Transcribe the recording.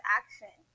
action